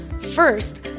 First